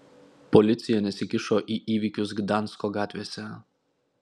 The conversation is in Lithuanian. policija nesikišo į įvykius gdansko gatvėse